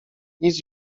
nic